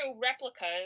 replicas